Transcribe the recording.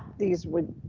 these would,